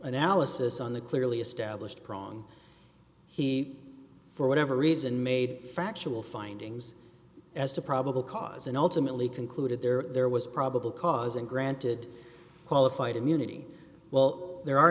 analysis on the clearly established prong he for whatever reason made factual findings as to probable cause and ultimately concluded there was probable cause and granted qualified immunity well there are